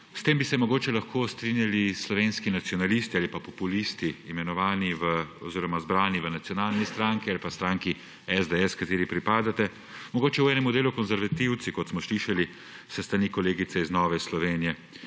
S tem bi se mogoče lahko strinjali slovenski nacionalisti ali pa populisti, zbrani v Slovenski nacionalni stranki ali pa stranki SDS, ki ji pripadate, mogoče v enemu delu konzervativci, kot smo slišali s strani kolegice iz Nove Slovenije.